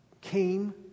came